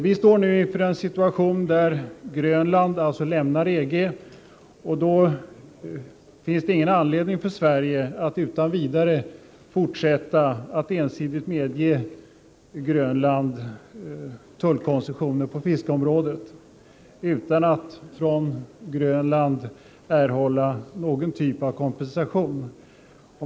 Vi står nu inför en situation där Grönland lämnar EG, och då finns det ingen anledning för Sverige att utan vidare fortsätta att ensidigt medge Grönland tullkoncessioner på fiskeområdet utan att från Grönland erhålla någon typ av kompensation.